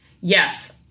Yes